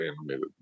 animated